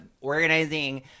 organizing